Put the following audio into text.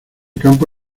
campo